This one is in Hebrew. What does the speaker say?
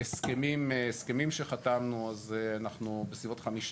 הסכמים שחתמנו אז אנחנו בסביבות 5%,